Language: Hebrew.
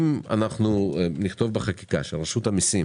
אם נכתוב בחקיקה שרשות המיסים,